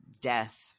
death